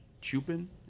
Chupin